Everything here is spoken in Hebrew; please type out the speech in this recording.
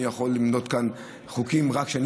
אני יכול למנות כאן רק חוקים שאני